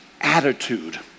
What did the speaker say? attitude